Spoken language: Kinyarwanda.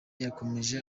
yakomeje